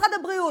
משרד הבריאות,